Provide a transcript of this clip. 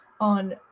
on